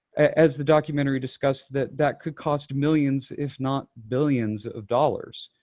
as the documentary discussed, that that could cost millions if not billions of dollars.